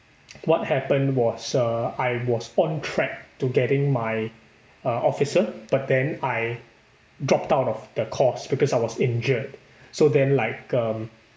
what happened was uh I was on track to getting my uh officer but then I dropped out of the course because I was injured so then like um